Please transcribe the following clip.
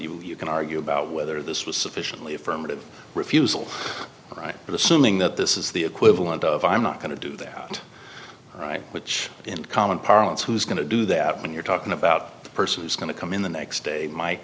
you you can argue about whether this was sufficiently affirmative refusal right but assuming that this is the equivalent of i'm not going to do that right which in common parlance who's going to do that when you're talking about the person who's going to come in the next day my